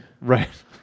Right